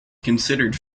considered